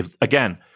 Again